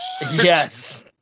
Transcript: Yes